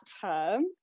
term